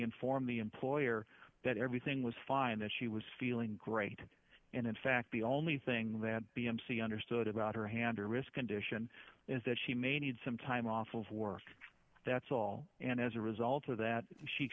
inform the employer that everything was fine and she was feeling great and in fact the only thing that the m's we understood about her hand her wrist condition is that she may need some time off of work that's all and as a result of that she